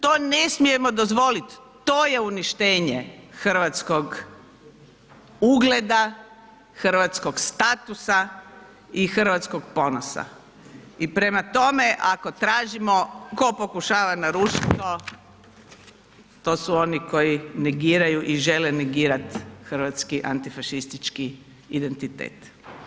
To ne smijemo dozvoliti, to je uništenje hrvatskog ugleda, hrvatskog statusa i hrvatskog ponosa i prema tome, ako tražimo tko pokušava narušiti to, to su oni koji negiraju i žene negirati hrvatski antifašistički identitet.